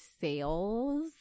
sales